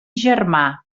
germà